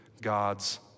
God's